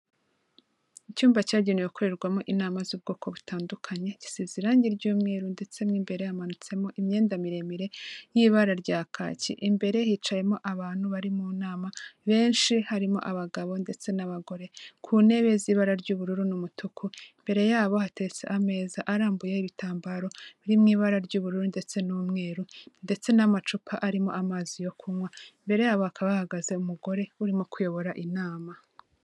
Icyumba cyagenewe gukorerwamo inama z'ubwoko butandukanye, gisize irange ry'umweru, ndetse n'imbere hamanutsemo imyenda miremire y'ibara rya kacyi, imbere hicayemo abantu bari mu nama benshi harimo abagabo ndetse n'abagore, ku ntebe z'ibara ry'ubururu, n'umutuku, imbere yabo hateretse ameza arambuyeho ibitambaro biri mu ibara ry'ubururu ndetse n'umweru, ndetse n'amacupa arimo amazi yo kunywa, imbere yabo hakaba hahagaze umugore urimo kuyobora inama.